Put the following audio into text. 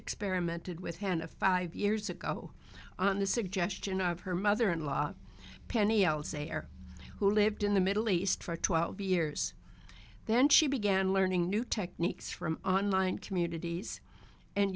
experimented with hannah five years ago on the suggestion of her mother in law penny elsei heir who lived in the middle east for twelve years then she began learning new techniques from online communities and